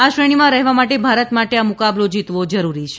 આ શ્રેણીમાં રહેવા માટે ભારત માટે આ મુકાબલો જીતવો જરૂરી છે